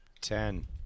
ten